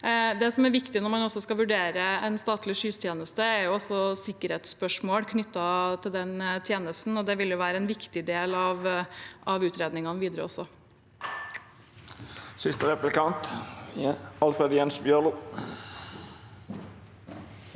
Det som er viktig når man skal vurdere en statlig skytjeneste, er sikkerhetsspørsmål knyttet til den tjenesten. Det vil også være en viktig del av utredningene videre. Alfred Jens Bjørlo